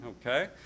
okay